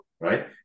right